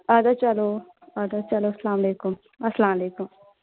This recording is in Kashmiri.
اَدٕ حظ چلو اَدٕ حظ چلو اسلام علیکُم اَسلام علیکُم